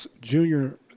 junior